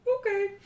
Okay